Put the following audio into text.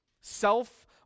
Self